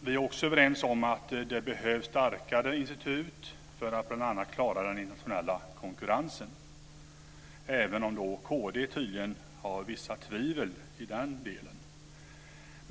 Vi är också överens om att det behövs starkare institut för att bl.a. klara den internationella konkurrensen, även om kd tydligen har vissa tvivel i den delen.